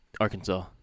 Arkansas